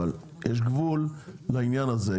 אבל יש גבול לעניין הזה,